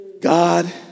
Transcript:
God